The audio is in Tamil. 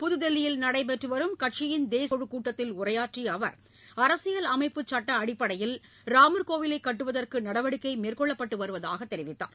புதுதில்லியில் நடைபெற்றுவரும் கட்சியின் தேசிய குழி கூட்டத்தில் உரையாற்றிய அவர் அரசியல் அமைப்பு சட்ட அடிப்படையில் ராமர் கோவிலை கட்டுவதற்கு நடவடிக்கை மேற்கொண்டு வருவதாக தெரிவித்தார்